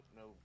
no